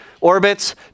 orbits